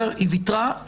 היא ויתרה,